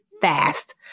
fast